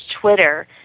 Twitter